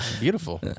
beautiful